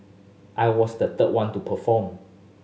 I was the third one to perform